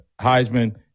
Heisman